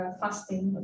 fasting